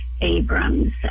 Abrams